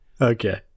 Okay